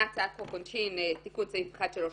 הצעת חוק העונשין (תיקון סעיף 135)